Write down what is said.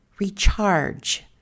Recharge